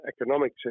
economic